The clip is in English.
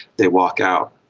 they walk out.